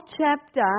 chapter